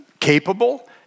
capable